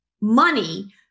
money